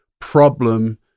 problem